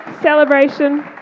celebration